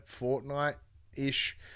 Fortnite-ish